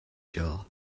jar